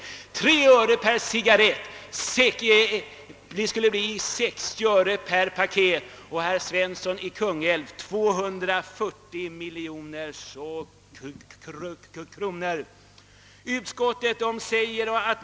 Och 3 öre per cigarrett skulle bli 60 öre per paket — d.v.s. 240 miljoner kronor, herr Svensson i Kungälv!